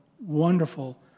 wonderful